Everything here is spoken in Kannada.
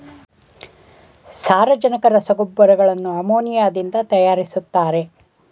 ಸಾರಜನಕ ರಸಗೊಬ್ಬರಗಳನ್ನು ಅಮೋನಿಯಾದಿಂದ ತರಯಾರಿಸ್ತರೆ